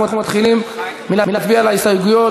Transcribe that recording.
אנחנו מתחילים להצביע על ההסתייגויות.